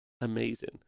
Amazing